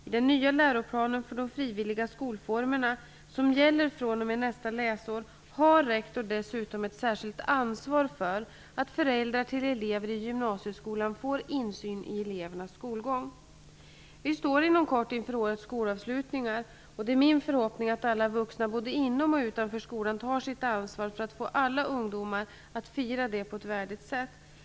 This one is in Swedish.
I den nya läroplanen för de frivilliga skolformerna, som gäller fr.o.m. nästa läsår, har rektor dessutom ett särskilt ansvar för att föräldrar till elever i gymnasieskolan får insyn i elevernas skolgång. Vi står inom kort inför årets skolavslutningar. Det är min förhoppning att alla vuxna både inom och utanför skolan tar sitt ansvar för att få alla ungdomar att fira detta på ett värdigt sätt.